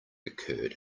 occurred